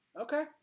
Okay